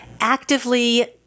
actively